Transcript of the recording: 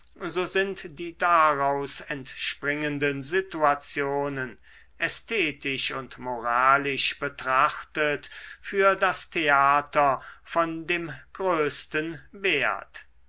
so sind die daraus entspringenden situationen ästhetisch und moralisch betrachtet für das theater von dem größten wert